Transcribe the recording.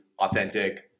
authentic